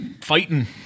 fighting